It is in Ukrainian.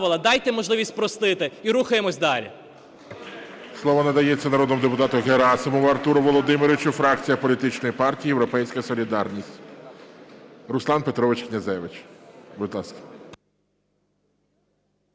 дайте можливість спростити, і рухаємось далі.